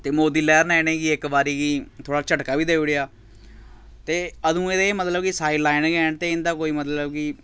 ते मोदी लैह्र ने इ'नेंगी इक बारी गी थोह्ड़ा झटका बी देई ओड़ेआ ते अदूं दा एह् मतलब कि साईड लाइन गै न ते इं'दा कोई मतलब कि